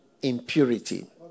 impurity